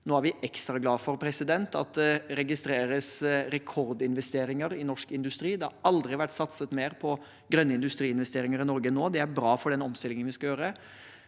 nå er vi ekstra glad for at det registreres rekordinvesteringer i norsk industri. Det har aldri vært satset mer på grønne industriinvesteringer i Norge enn nå. Det er bra for den omstillingen vi skal gjøre,